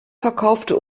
verkaufte